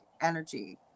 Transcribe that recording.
energy